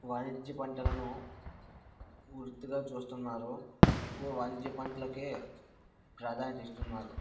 వాణిజ్య పంటలను వృత్తిగా చూస్తున్నారు ఎక్కువ వాణిజ్య పంటలకు ప్రాధాన్యత ఇస్తున్నారు